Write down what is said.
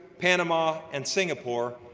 panama, and singapore,